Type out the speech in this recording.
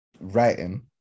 writing